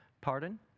Pardon